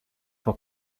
for